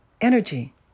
energy